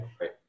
Right